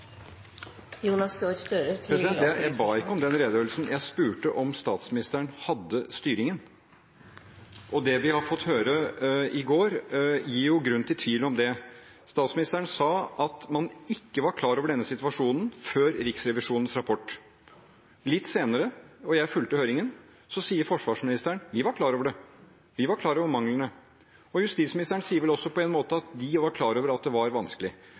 vi har fått høre i går, gir jo grunn til tvil om det. Statsministeren sa at man ikke var klar over denne situasjonen før Riksrevisjonens rapport. Litt senere – og jeg fulgte høringen – sier forsvarsministeren: Vi var klar over det, vi var klar over manglene. Justisministeren sier vel også på en måte at de var klar over at det var vanskelig.